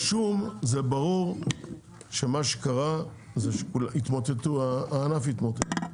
בשום, זה ברור שמה שקרה שהענף התמוטט.